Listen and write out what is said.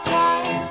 time